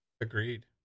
agreed